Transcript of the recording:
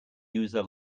user